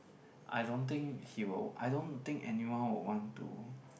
I don't think he will I don't think anyone would want to